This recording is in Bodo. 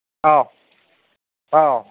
औ औ